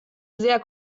sehr